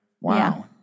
Wow